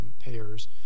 payers